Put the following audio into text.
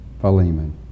Philemon